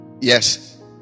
Yes